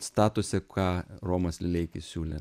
statuse ką romas lileikis siūlė